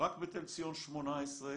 רק בתל ציון 18,